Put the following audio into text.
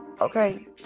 Okay